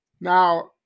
Now